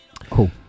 cool